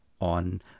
on